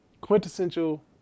quintessential